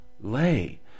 lay